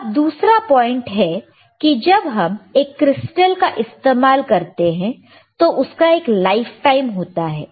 अब दूसरा पॉइंट है कि जब हम एक क्रिस्टल का इस्तेमाल करते हैं तो उसका एक लाइफ टाइम होता है